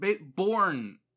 Born